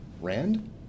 Rand